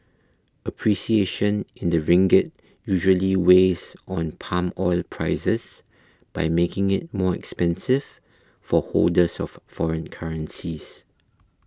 appreciation in the ringgit usually weighs on palm oil prices by making it more expensive for holders of foreign currencies